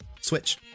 Switch